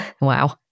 Wow